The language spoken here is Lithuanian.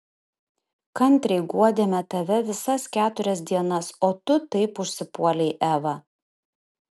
kantriai guodėme tave visas keturias dienas o tu taip užsipuolei evą